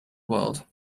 world